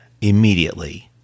immediately